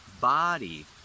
body